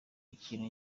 ikintu